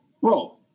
bro